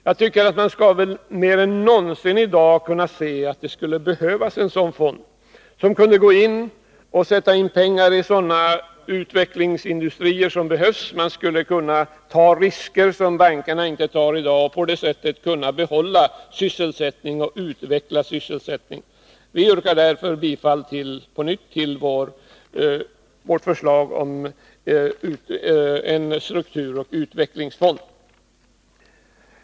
Jag tycker att man i dag tydligare än någonsin kan se att en sådan fond behövs för att sätta in pengar i utvecklingsindustrier. Denna fond skulle kunna ta risker som bankerna inte tar i dag, och på det sättet skulle man kunna behålla och utveckla sysselsättningen. Vi yrkar därför på nytt bifall till vårt förslag om en strukturoch utvecklingsfond.